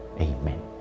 Amen